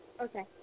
Okay